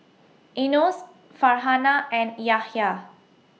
Yunos Farhanah and Yahya